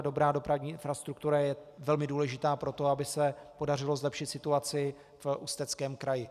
Dobrá dopravní infrastruktura je velmi důležitá pro to, aby se podařilo zlepšit situaci v Ústeckém kraji.